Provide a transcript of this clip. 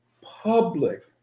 public